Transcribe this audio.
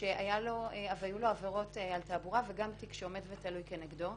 שהיו לו עבירות על תעבורה וגם תיק שעומד ותלוי כנגדו,